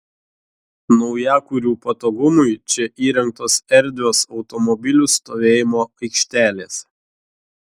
naujakurių patogumui čia įrengtos erdvios automobilių stovėjimo aikštelės